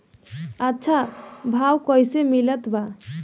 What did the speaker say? अच्छा भाव कैसे मिलत बा?